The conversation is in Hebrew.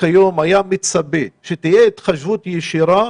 כיום מצפה אליו והוא שתהיה התחשבות ישירה,